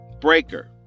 breaker